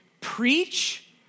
preach